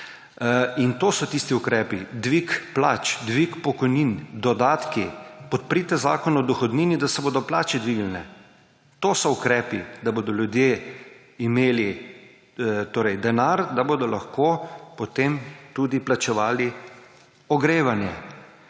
In to so tisti ukrepi – dvig plač, dvig pokojnin, dodatki. Podprite Zakon o dohodnini, da se bodo plače dvignile. To so ukrepi, da bodo ljudje imeli denar, da bodo lahko potem tudi plačevali ogrevanje.